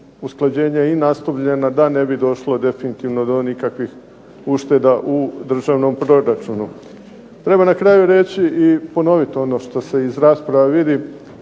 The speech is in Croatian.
se ne razumije./… da ne bi došlo definitivno do nikakvih ušteda u državnom proračunu. Treba na kraju reći i ponovit ono što se iz rasprave vidi,